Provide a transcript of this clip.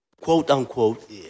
quote-unquote